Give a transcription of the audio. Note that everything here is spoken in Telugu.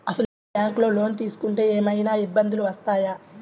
అసలు ఈ బ్యాంక్లో లోన్ తీసుకుంటే ఏమయినా ఇబ్బందులు వస్తాయా?